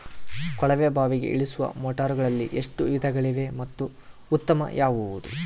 ಕೊಳವೆ ಬಾವಿಗೆ ಇಳಿಸುವ ಮೋಟಾರುಗಳಲ್ಲಿ ಎಷ್ಟು ವಿಧಗಳಿವೆ ಮತ್ತು ಉತ್ತಮ ಯಾವುದು?